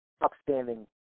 upstanding